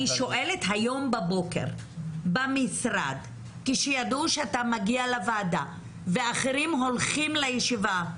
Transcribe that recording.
היום בבוקר במשרד כשידעו שאתה מגיע לוועדה ואחרים הולכים לישיבה,